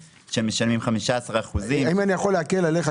שמשלמים 15%. האם אני יכול להקל עליך?